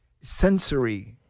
sensory